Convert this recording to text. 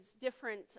different